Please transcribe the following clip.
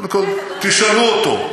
קודם כול תשאלו אותו.